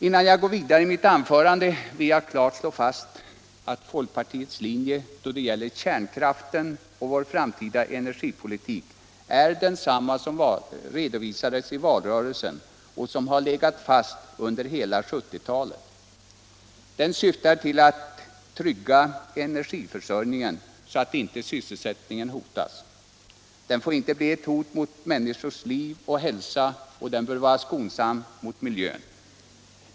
Innan jag går vidare i mitt anförande vill jag klart slå fast att folkpartiets = linje då det gäller kärnkraften och vår framtida energipolitik är densamma = Särskilt tillstånd att som redovisades i valrörelsen och som har legat fast under hela 1970-talet. — tillföra kärnreak Den syftar till att trygga energiförsörjningen, så att inte sysselsättningen tor kärnbränsle, hotas. Den får inte bli ett hot mot människors liv och hälsa, och den m.m. bör vara skonsam mot miljön.